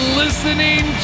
listening